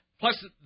Plus